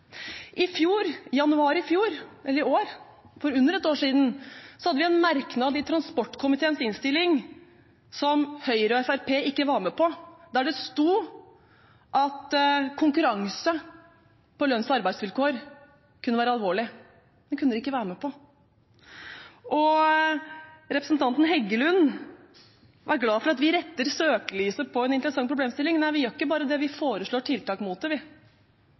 I januar i år – for under et år siden – hadde vi en merknad i transportkomiteens innstilling, som Høyre og Fremskrittspartiet ikke var med på, der det sto at konkurranse om lønns- og arbeidsvilkår kunne være alvorlig. Den kunne de ikke være med på. Representanten Heggelund er glad for at vi retter søkelyset mot en interessant problemstilling. Nei, vi gjør ikke bare det, vi foreslår tiltak mot det. Det var heller ikke slik at vi